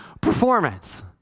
performance